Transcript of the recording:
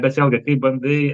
bet vėlgi kai bandai